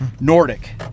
Nordic